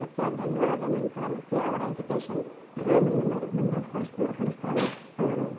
ಮತ್ತೆ ಅದನ್ನು ಆದ ನಂತರ ಮತ್ತೆ ಅವರ ಎಜುಕೇಷನ್ ಮುಂದುವರಿ ಮುಂದುವರ್ಸಿ ವರಿಸ್ತಾರೆ ಅವರು